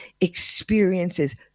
experiences